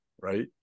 right